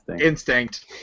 Instinct